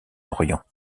orient